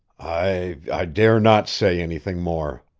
i i dare not say anything more.